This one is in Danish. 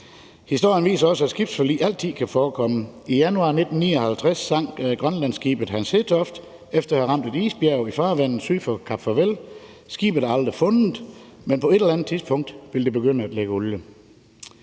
Historien viser også, at skibsforlis altid kan forekomme. I januar 1959 sank grønlandsskibet Hans Hedtoft efter at have ramt et isbjerg i farvandet syd for Kap Farvel. Skibet er aldrig fundet, men på et eller andet tidspunkt vil det begynde at lække olie,